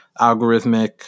algorithmic